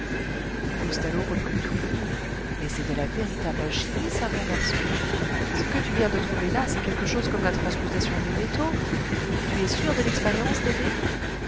loustalot reprit tout haut mais c'est de la véritable alchimie ça mon garçon ce que tu viens de trouver là c'est quelque chose comme la transmutation des métaux tu es sûr de l'expérience